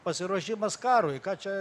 pasiruošimas karui ką čia